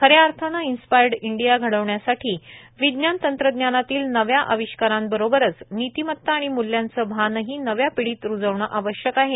ख या अर्थाने इन्स्पायर्ड इंडिया घडविण्यासाठी विज्ञान तंत्रज्ञानातील नव्या आविष्कारांबरोबरच नीतीमत्ता व मुल्यांचे भानही नव्या पिढीत रूजविणे आवश्यक आहे